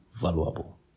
valuable